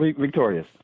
victorious